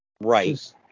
Right